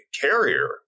carrier